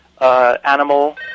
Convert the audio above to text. animal